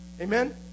amen